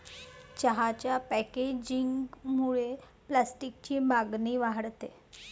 चहाच्या पॅकेजिंगमुळे प्लास्टिकची मागणी वाढते